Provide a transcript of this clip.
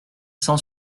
cent